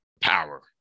power